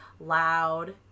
loud